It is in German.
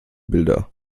bilder